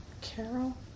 Carol